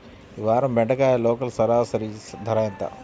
ఈ వారం బెండకాయ లోకల్ సరాసరి ధర ఎంత?